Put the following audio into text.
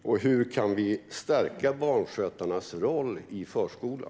Och hur kan vi stärka barnskötarnas roll i förskolan?